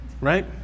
right